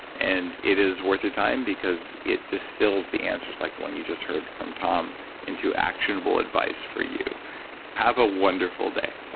and it is worth your time because it distills the answers like the one you know heard from tom into actionable advice for you have a wonderful day